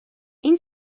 این